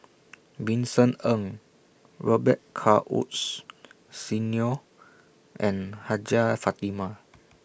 Vincent Ng Robet Carr Woods Senior and Hajjah Fatimah